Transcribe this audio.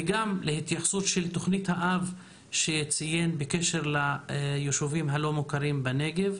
וגם התייחסות של תוכנית האב שציין בקשר ליישובים הלא מוכרים בנגב.